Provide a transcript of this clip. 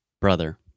Brother